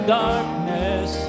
darkness